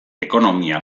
ekonomia